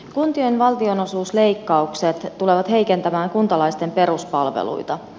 kuntien valtionosuusleikkaukset tulevat heikentämään kuntalaisten peruspalveluita